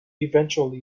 eventually